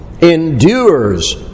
endures